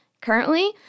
Currently